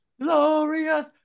Glorious